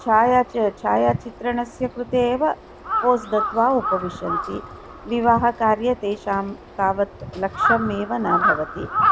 छायाचित्रं छायाचित्रणस्य कृते एव पोस् दत्वा उपविशन्ति विवाहकार्यं तेषां तावत् लक्ष्यम् एव न भवति